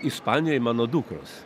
ispanijoj mano dukros